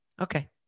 Okay